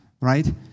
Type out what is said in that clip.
right